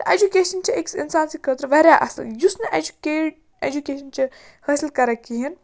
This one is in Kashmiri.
تہٕ اَجوکیشَن چھِ أکِس اِنسان سٕنٛدۍ خٲطرٕ واریاہ اَصٕل یُس نہٕ اٮ۪جُکیڈ اٮ۪جُکیشَن چھِ حٲصِل کَران کِہیٖنۍ